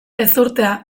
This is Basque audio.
ezurtea